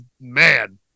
man